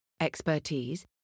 expertise